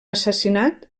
assassinat